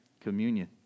communion